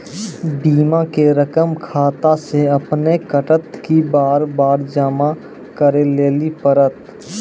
बीमा के रकम खाता से अपने कटत कि बार बार जमा करे लेली पड़त?